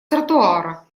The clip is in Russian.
тротуара